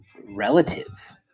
relative